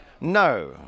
no